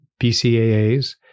BCAAs